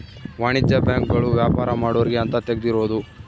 ವಾಣಿಜ್ಯ ಬ್ಯಾಂಕ್ ಗಳು ವ್ಯಾಪಾರ ಮಾಡೊರ್ಗೆ ಅಂತ ತೆಗ್ದಿರೋದು